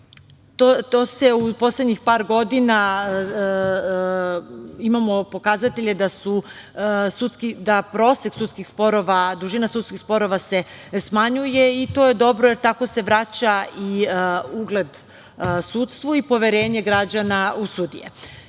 sporove. U poslednjih par godina imamo pokazatelje da prosek dužine sudskih sporova se smanjuje i to je dobro, jer tako se vraća i ugled sudstvu i poverenje građana u sudije